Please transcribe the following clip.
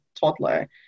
toddler